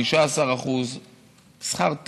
15% שכר טרחה.